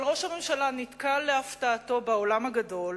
אבל ראש הממשלה נתקל להפתעתו בעולם הגדול.